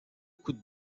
coups